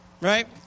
right